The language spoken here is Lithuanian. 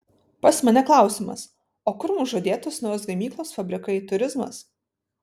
pas mane klausimas o kur mums žadėtos naujos gamyklos fabrikai turizmas